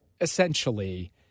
essentially